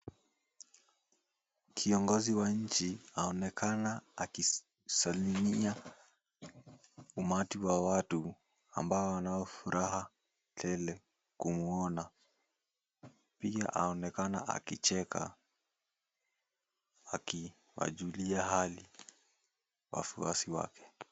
Kiongozi wa nchi aonekana akisalimia umati wa watu ambao wanao furaha tele kumuona. Pia aonekana akicheka akiwajulia hali wafuasi wake.